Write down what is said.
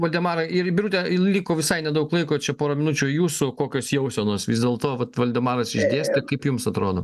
valdemarai ir birute liko visai nedaug laiko čia pora minučių jūsų kokios jausenos vis dėlto vat valdemaras išdėstė kaip jums atrodo